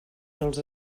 dels